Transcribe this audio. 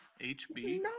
HB